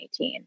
2018